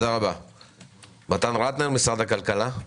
מתן רטנר, משרד הכלכלה.